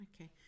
Okay